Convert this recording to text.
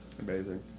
amazing